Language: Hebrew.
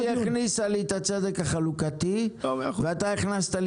היא הכניסה לי את הצדק החלוקתי ואתה הכנסת לי